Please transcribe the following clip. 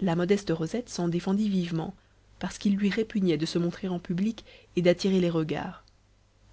la modeste rosette s'en défendit vivement parce qu'il lui répugnait de se montrer en public et d'attirer les regards